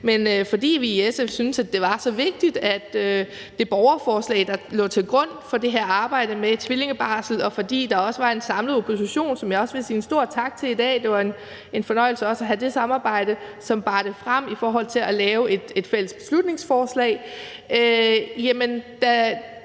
selv. Fordi vi i SF syntes, det var så vigtigt med det borgerforslag, der lå til grund for det her arbejde med tvillingebarsel, og fordi der også var en samlet opposition – som jeg også vil sige en stor tak til i dag, og det var også en fornøjelse at have det samarbejde – som bar det frem ved at lave et fælles beslutningsforslag,